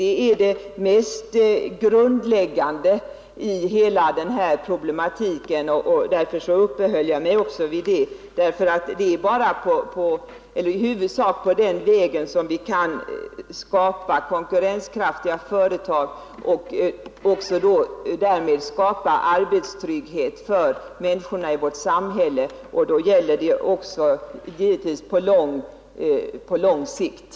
Det är det mest grundläggande i hela den här problematiken, och därför uppehöll jag mig också vid det. Det är i huvudsak på den vägen vi kan skapa konkurrenskraftiga företag och därmed också arbetstrygghet för ungdomen och människorna över huvud taget i vårt samhälle.